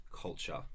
culture